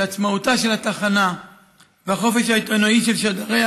שעצמאותה של התחנה והחופש העיתונאי של שדריה